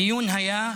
הדיון היה: